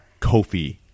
Kofi